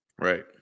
Right